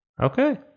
Okay